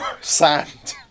sand